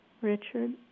Richard